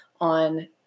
on